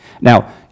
Now